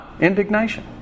Indignation